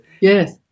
Yes